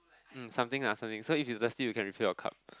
mm something ah something so if you thirsty you can refill your cup